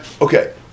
okay